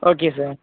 okay sir